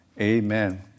Amen